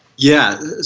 yeah.